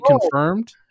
confirmed